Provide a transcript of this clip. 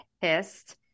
pissed